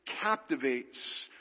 captivates